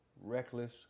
Reckless